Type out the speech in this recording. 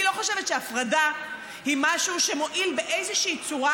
אני לא חושבת שהפרדה היא משהו שמועיל באיזושהי צורה,